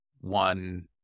one